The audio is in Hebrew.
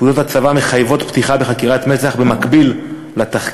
פקודות הצבא מחייבות פתיחה בחקירת מצ"ח במקביל לתחקיר.